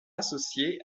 associé